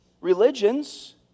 religions